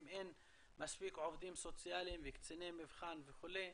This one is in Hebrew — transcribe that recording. אם אין מספיק עובדים סוציאליים וקציני מבחן וכו'